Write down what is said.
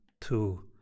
two